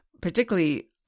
particularly